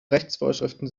rechtsvorschriften